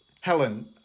Helen